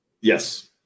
yes